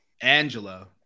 Angelo